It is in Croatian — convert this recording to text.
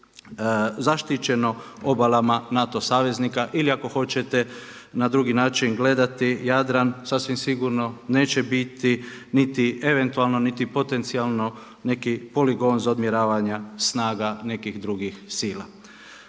zaštićeno obalama NATO saveznika ili ako hoćete na drugi način gledati Jadran sasvim sigurno neće biti niti eventualno niti potencijalno neki poligon za odmjeravanja snaga nekih drugih sila.